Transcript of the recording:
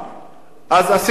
אז עשינו את התכנון,